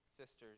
sisters